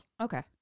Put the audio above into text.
Okay